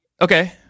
Okay